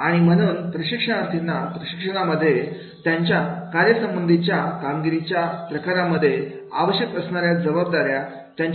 आणि म्हणून प्रशिक्षणार्थींना प्रशिक्षणामध्ये त्यांच्या कार्यासंबंधी कामगिरीच्या प्रकारांमध्ये आवश्यक असणाऱ्या जबाबदाऱ्या